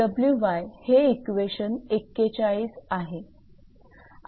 𝑇𝑚𝑎𝑥𝑊𝑦 हे इक्वेशन 41 आहे